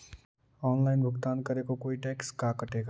Online भुगतान करे को कोई टैक्स का कटेगा?